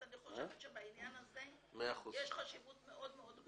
אז אני חושבת שבעניין הזה יש חשיבות מאוד מאוד גדולה.